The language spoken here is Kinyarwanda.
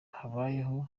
habayeho